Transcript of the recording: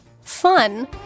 fun